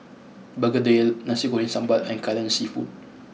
Begedil Nasi Goreng Sambal and Kai Lan seafood